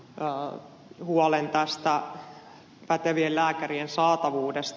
järvisen huolen pätevien lääkäreiden saatavuudesta